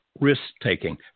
risk-taking